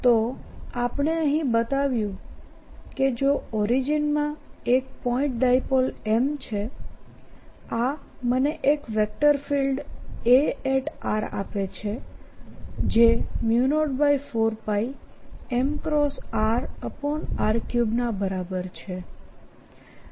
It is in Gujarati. તોઆપણે અહીં બતાવ્યું કેજો ઓરિજીનમાં એક પોઈન્ટ ડાયપોલ m છેઆ મને એક વેક્ટર ફીલ્ડ A આપે છેજે 04πmrr3 ના બરાબર છે